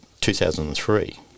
2003